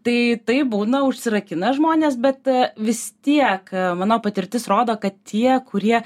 tai taip būna užsirakina žmonės bet vis tiek mano patirtis rodo kad tie kurie